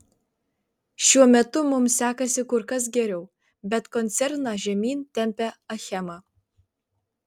šiuo metu mums sekasi kur kas geriau bet koncerną žemyn tempia achema